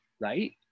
right